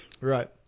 Right